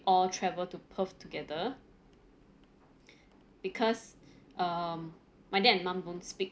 all travel to perth together because um my dad and mom don't speak